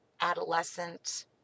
adolescent